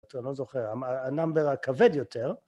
אני לא זוכר, הנמבר הכבד יותר.